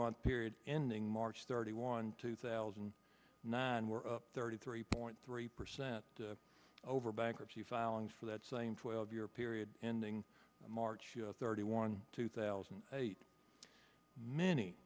month period ending march thirty one two thousand and nine were up thirty three point three percent over bankruptcy filings for that same twelve year period ending march thirty one two thousand and eight many